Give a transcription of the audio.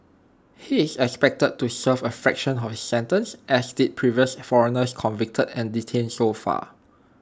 he is expected to serve A fraction of his sentence as did previous foreigners convicted and detained so far